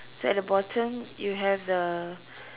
so at the bottom you have the